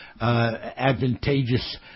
advantageous